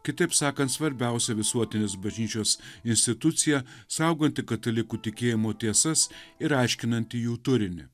kitaip sakant svarbiausia visuotinės bažnyčios institucija sauganti katalikų tikėjimo tiesas ir aiškinanti jų turinį